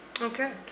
Okay